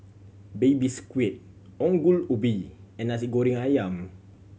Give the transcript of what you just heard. Baby Squid Ongol Ubi and Nasi Goreng Ayam